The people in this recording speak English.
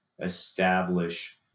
establish